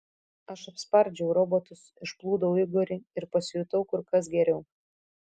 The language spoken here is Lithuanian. aš apspardžiau robotus išplūdau igorį ir pasijutau kur kas geriau